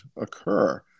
occur